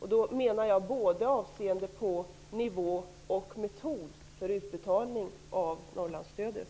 Jag menar då avseende på både nivå och metod för utbetalning av Norrlandsstödet.